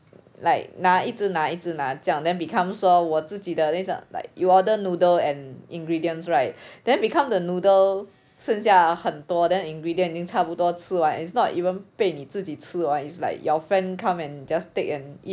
like 拿一直拿这样 then become 说我自己的 things lah like you order noodle and ingredients right then become the noodle 剩下很多 then ingredient 已近差不多吃完 is not even 被你自己吃完 is like your friend come and just take and eat